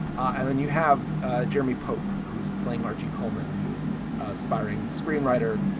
and then you have ah jeremy pope, who's playing archie coleman, who is this aspiring screenwriter,